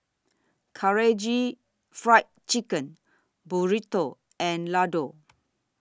Karaage Fried Chicken Burrito and Ladoo